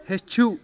ہیٚچِھو